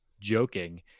joking